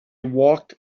walked